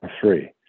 three